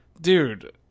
dude